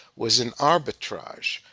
was an arbitrage.